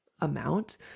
amount